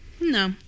No